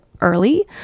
early